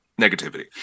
negativity